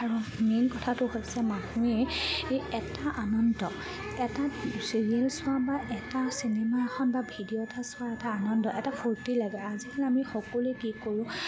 আৰু মেইন কথাটো হৈছে মানুহে এই এটা আনন্দ এটা চিৰিয়েল চোৱা বা এটা চিনেমা এখন বা ভিডিঅ' এটা চোৱা এটা আনন্দ এটা ফূৰ্তি লাগে আজিকালি আমি সকলোৱে কি কৰোঁ